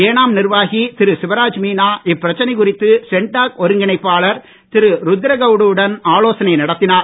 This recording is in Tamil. ஏனாம் நிர்வாகி திரு சிவராஜ் மீனா இப்பிரச்சனை குறித்து சென்டாக் ஒருங்கிணைப்பாளர் திரு தொடர்ந்து ருத்ரகவுடுவுடன் நடத்தினார்